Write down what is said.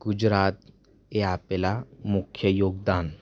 ગુજરાત એ આપેલા મુખ્ય યોગદાન